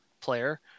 player